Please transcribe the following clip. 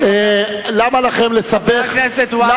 חבר הכנסת והבה,